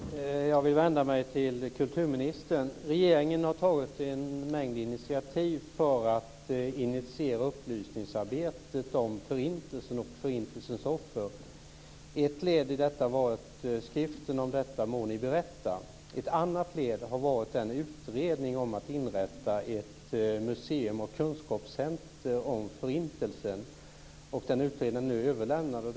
Herr talman! Jag vill vända mig till kulturministern. Regeringen har tagit en mängd initiativ för att initiera upplysningsarbetet om Förintelsen och Förintelsens offer. Ett led i detta var skriften Om detta må ni berätta. Ett annat led har varit den utredning om att inrätta ett museum och kunskapscenter om Förintelsen. Den utredningen är nu överlämnad.